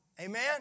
Amen